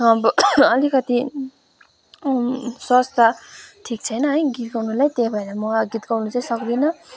अब अलिकति स्वास्थ्य ठिक छैन है गीत गाउँनुलाई त्यही भएर म गीत गाउनु चाहिँ सक्दिनँ